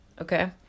Okay